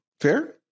Fair